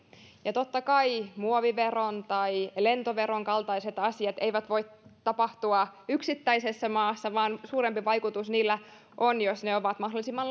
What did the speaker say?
totta kai muoviveron tai lentoveron kaltaiset asiat eivät voi tapahtua yksittäisessä maassa vaan suurempi vaikutus niillä on jos ne ovat mahdollisimman